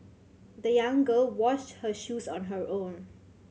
the young girl washed her shoes on her own